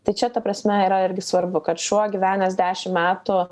tai čia ta prasme yra irgi svarbu kad šuo gyvenęs dešim metų